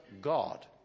god